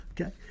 okay